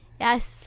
Yes